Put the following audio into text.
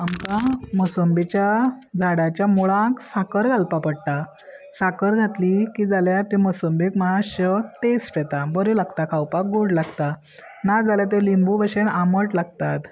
आमकां मोसंबीच्या झाडाच्या मुळांक साकर घालपा पडटा साकर घातली की जाल्यार त्यो मोसंबीक मातश्यो टेस्ट येता बऱ्यो लागता खावपाक गोड लागता नाजाल्यार तें लिंबू भशेन आमट लागतात